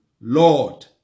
Lord